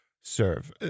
serve